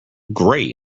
grey